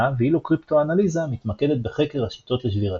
ואילו קריפטואנליזה מתמקדת בחקר השיטות לשבירתה.